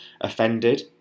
offended